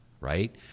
right